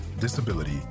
disability